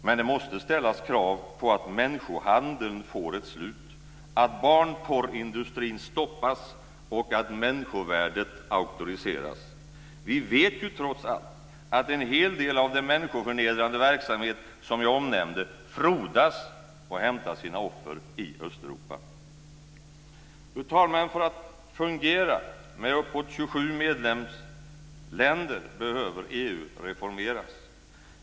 Men det måste ställas krav på att människohandeln får ett slut, att barnporrindustrin stoppas och att människovärdet auktoriseras. Vi vet trots allt att en hel del av den människoförnedrande verksamhet, som jag omnämnde, frodas och hämtar sina offer i Östeuropa. Fru talman! För att fungera med uppåt 27 medlemsländer behöver EU reformeras.